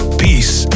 peace